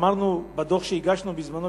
אמרנו בדוח שהגשנו בזמנו,